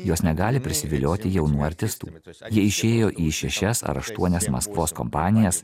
jos negali prisivilioti jaunų artistų jie išėjo į šešias ar aštuonias maskvos kompanijas